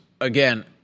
again